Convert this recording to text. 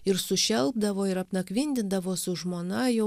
ir sušelpdavo ir apnakvindindavo su žmona jau